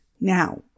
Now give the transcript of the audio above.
Now